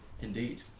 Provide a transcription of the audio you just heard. indeed